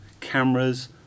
Cameras